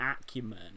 acumen